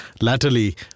latterly